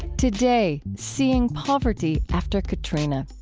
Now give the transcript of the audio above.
today, seeing poverty after katrina.